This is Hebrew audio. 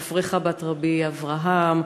על פרחה בת רבי אברהם,